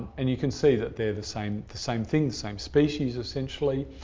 and you can see that they're the same the same thing, the same species essentially.